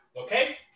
Okay